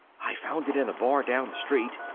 i found in a bar down the street,